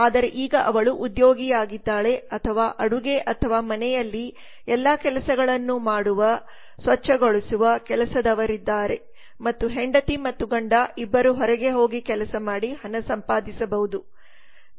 ಆದರೆ ಈಗ ಅವಳು ಉದ್ಯೋಗಿಯಾಗಿದ್ದಾಳೆ ಅಥವಾ ಅಡುಗೆ ಅಥವಾ ಮನೆಯಲ್ಲಿ ಎಲ್ಲಾ ಕೆಲಸಗಳನ್ನು ಮಾಡುವ ಸ್ವಚ್ಛಗೊಳಿಸುವ ಕೆಲಸದವರಿದ್ದಾರೆ ಮತ್ತು ಹೆಂಡತಿ ಮತ್ತು ಗಂಡ ಇಬ್ಬರೂ ಹೊರಗೆ ಹೋಗಿ ಕೆಲಸ ಮಾಡಿ ಹಣ ಸಂಪಾದಿಸಬಹುದು